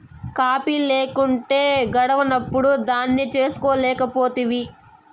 coffee లేకుంటే గడవనప్పుడు దాన్నే చేసుకోలేకపోతివి